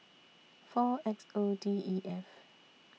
four X O D E F